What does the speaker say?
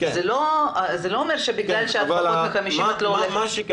זה לא אומר שבגלל שאת פחות מ-50 את לא יכולה ללכת.